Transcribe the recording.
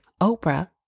Oprah